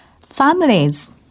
Families